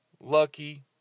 lucky